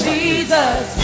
Jesus